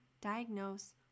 diagnose